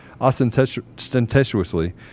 ostentatiously